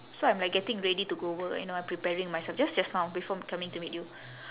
so I'm like getting ready to go work you know I'm preparing myself just just now before coming to meet you